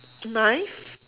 knife